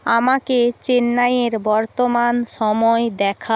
আমাকে চেন্নাইয়ের বর্তমান সময় দেখাও